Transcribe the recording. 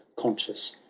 conscious,